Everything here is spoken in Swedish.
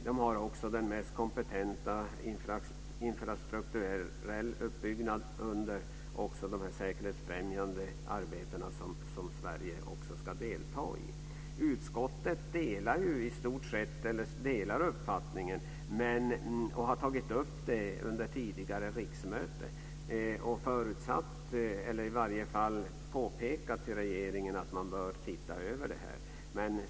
De är de mest kompetenta i infrastrukturell uppbyggnad för de säkerhetsfrämjande arbeten som Sverige ska delta i. Utskottet delar ju i stort sett uppfattningen, och har tagit upp det under tidigare riksmöten och påpekat för regeringen att man bör se över det här.